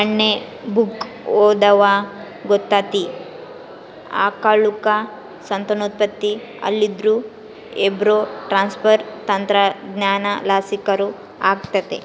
ಮನ್ನೆ ಬುಕ್ಕ ಓದ್ವಾಗ ಗೊತ್ತಾತಿ, ಆಕಳುಕ್ಕ ಸಂತಾನೋತ್ಪತ್ತಿ ಆಲಿಲ್ಲುದ್ರ ಎಂಬ್ರೋ ಟ್ರಾನ್ಸ್ಪರ್ ತಂತ್ರಜ್ಞಾನಲಾಸಿ ಕರು ಆಗತ್ತೆ